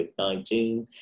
COVID-19